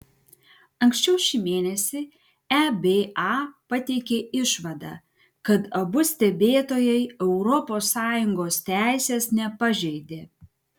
anksčiau šį mėnesį eba pateikė išvadą kad abu stebėtojai europos sąjungos teisės nepažeidė